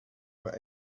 were